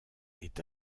est